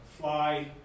fly